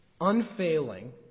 unfailing